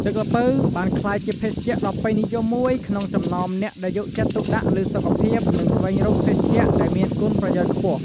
ទឹកល្ពៅបានក្លាយជាភេសជ្ជៈដ៏ពេញនិយមមួយ ក្នុងចំណោមអ្នកដែលយកចិត្តទុកដាក់លើសុខភាព និងស្វែងរកភេសជ្ជៈដែលមានគុណប្រយោជន៍ខ្ពស់។